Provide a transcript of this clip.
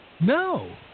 No